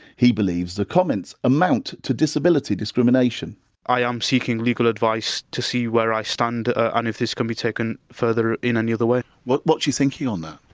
he believes the comments amount to disability discrimination i am seeking legal advice to see where i stand and if this can be taken further in any other way what's what's your thinking on that?